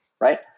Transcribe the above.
right